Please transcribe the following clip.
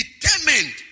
determined